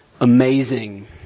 amazing